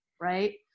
right